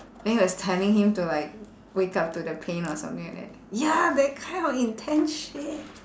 then he was telling him to like wake up to the pain or something like that ya that kind of intense shit